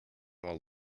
while